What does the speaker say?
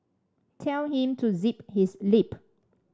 tell him to zip his lip